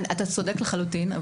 אתה צודק לחלוטין.